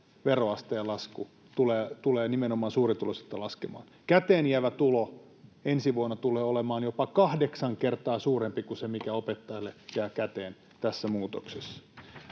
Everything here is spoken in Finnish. veroaste tulee nimenomaan suurituloisilta laskemaan. Käteen jäävä tulo ensi vuonna tulee olemaan jopa kahdeksan kertaa suurempi kuin se, mikä opettajille jää käteen tässä muutoksessa.